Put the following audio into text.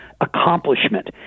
accomplishment